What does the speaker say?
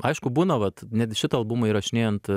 aišku būna vat net į šitą albumą įrašinėjant